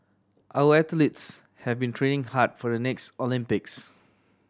our athletes have been training hard for the next Olympics